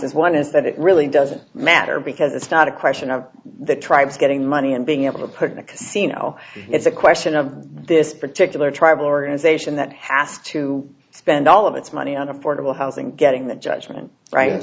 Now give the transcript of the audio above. responses one is that it really doesn't matter because it's not a question of the tribes getting money and being able to put in a casino it's a question of this particular tribal organization that has to spend all of its money on affordable housing getting the judgment right